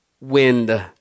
wind